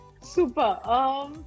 Super